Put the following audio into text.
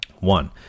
One